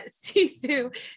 Sisu